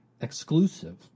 exclusive